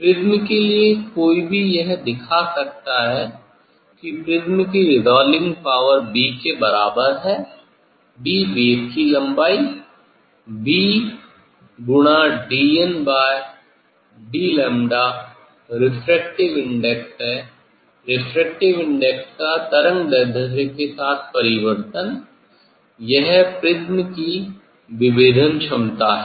prism के लिए कोई यह दिखा सकता है कि प्रिज़्म की रेसोल्विंग पावर 'b' के बराबर है 'b' बेस की लंबाई bdnd𝝺 रेफ्रेक्टिव इंडेक्स है रेफ्रेक्टिव इंडेक्स का तरंगदैर्ध्य के साथ परिवर्तन यह प्रिज्म की विभेदन क्षमता है